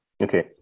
Okay